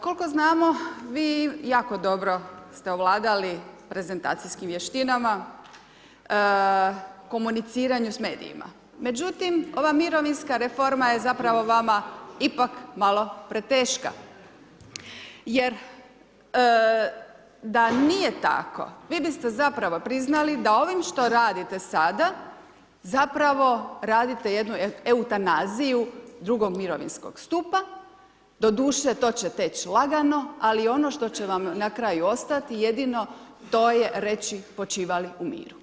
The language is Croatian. Koliko znamo vi jako dobro ste ovladali prezentacijskim vještinama, komuniciranju s medijima, međutim ova mirovinska reforma je zapravo vama ipak malo preteška jer da nije tako vi biste zapravo priznali da ovim što radite sada zapravo radite jednu eutanaziju drugog mirovinskog stupa, doduše to će teć lagano, ali ono što će vam na kraju ostati jedino to je reći počivali u miru.